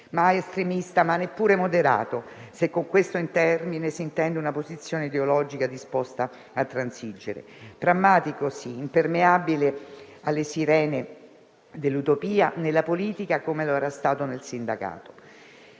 mai estremista, ma neppure moderato, se con questo termine si intende una posizione ideologica disposta a transigere; pragmatico, sì, impermeabile alle sirene dell'utopia, nella politica come lo era stato nel sindacato.